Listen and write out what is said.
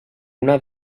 una